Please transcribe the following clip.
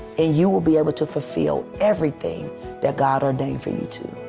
ah you will be able to fulfill everything that god ordained for you to.